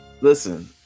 listen